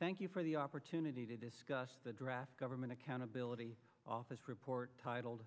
thank you for the opportunity to discuss the draft government accountability office report titled